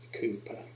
Cooper